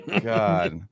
god